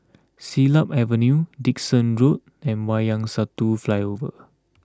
Siglap Avenue Dickson Road and Wayang Satu Flyover